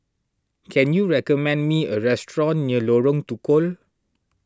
can you recommend me a restaurant near Lorong Tukol